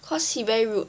cause he very rude